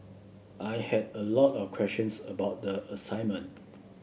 I had a lot of questions about the assignment